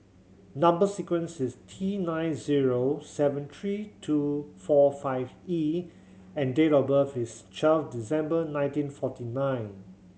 number sequence is T nine zero seven three two four five E and date of birth is twelve December nineteen forty nine